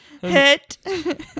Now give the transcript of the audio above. hit